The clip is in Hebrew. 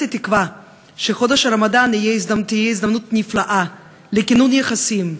תקווה שחודש הרמדאן יהיה הזדמנות נפלאה לכינון יחסים,